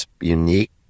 unique